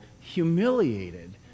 humiliated